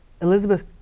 Elizabeth